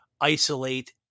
isolate